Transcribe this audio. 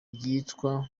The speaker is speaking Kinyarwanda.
yitwa